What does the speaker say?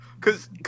Cause